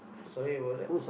sorry about that